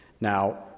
Now